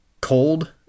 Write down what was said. cold